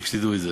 רק שתדעו את זה,